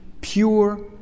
pure